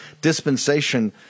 dispensation